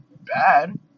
bad